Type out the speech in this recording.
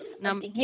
number